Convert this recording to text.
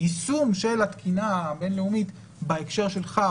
היישום של התקינה הבין-לאומית בהקשר שלך,